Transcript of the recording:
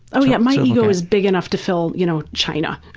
oh yeah my ego is big enough to fill you know china.